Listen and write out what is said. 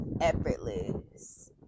effortless